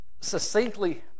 succinctly